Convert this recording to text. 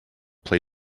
play